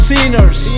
Sinners